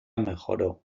mejoró